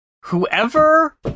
whoever